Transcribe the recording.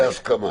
ובהסכמה.